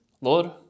Lord